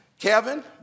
Kevin